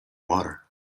water